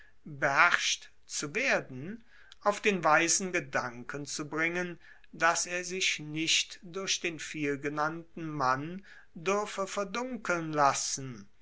beherrscht zu werden auf den weisen gedanken zu bringen dass er sich nicht durch den vielgenannten mann duerfe verdunkeln lassen